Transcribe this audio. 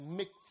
make